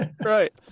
Right